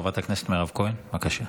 חברת הכנסת מירב כהן, בבקשה.